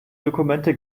dokumente